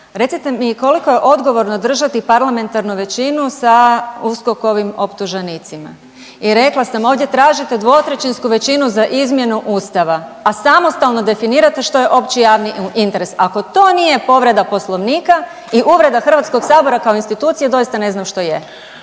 Recite mi, koliko je odgovorno držati parlamentarnu većinu sa USKOK-ovim optuženicima? I rekla sam, ovdje tražite dvotrećinsku većinu za izmjenu Ustava, a samostalno definirate što je opći javni interes. Ako to nije povreda Poslovnika i uvreda HS-a kao institucije, doista ne znam što je.